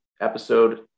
episode